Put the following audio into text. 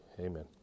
amen